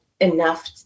enough